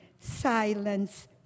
Silence